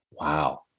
Wow